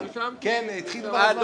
נרשמתי --- כן, נתחיל כבר הזמן, יוסי יונה.